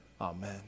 Amen